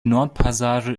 nordpassage